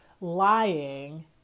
lying